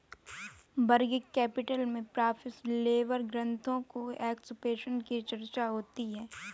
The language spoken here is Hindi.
वर्किंग कैपिटल में प्रॉफिट लेवल ग्रोथ और एक्सपेंशन की चर्चा होती है